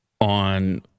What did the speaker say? on